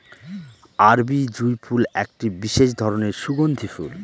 আরবি জুঁই ফুল একটি বিশেষ ধরনের সুগন্ধি ফুল